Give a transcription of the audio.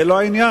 זה לא העניין.